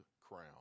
Crown